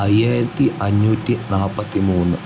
അയ്യായിരത്തി അഞ്ഞൂറ്റി നാൽപ്പത്തി മൂന്ന്